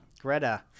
Greta